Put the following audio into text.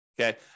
Okay